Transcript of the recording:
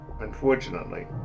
unfortunately